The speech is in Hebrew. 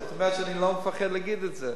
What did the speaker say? זאת אומרת שאני לא מפחד להגיד את זה,